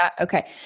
Okay